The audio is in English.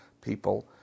people